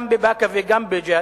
גם בבאקה וגם בג'ת,